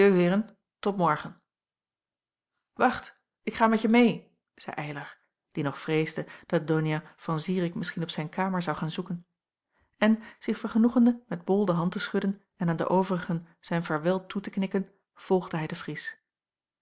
tot morgen wacht ik ga met je meê zeî eylar die nog vreesde dat donia van zirik misschien op zijn kamer zou gaan zoeken en zich vergenoegende met bol de hand te schudden en aan de overigen zijn vaarwel toe te knikken volgde hij den fries